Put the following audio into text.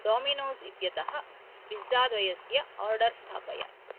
Domino's इत्यतः पिज़्ज़ाद्वयस्य order स्थापय